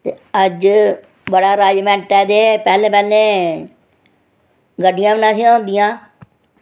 ते अज्ज बड़ा अरेंज़मैंट ऐ ते पैह्लें पैह्लें गड्डियां बी नेईं थी होंदियां